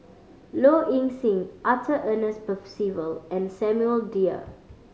Low Ing Sing Arthur Ernest Percival and Samuel Dyer